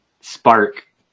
spark